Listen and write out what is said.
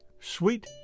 sweet